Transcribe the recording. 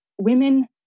women